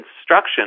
instruction